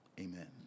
Amen